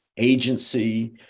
agency